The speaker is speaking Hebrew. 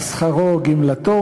על שכרו או גמלתו,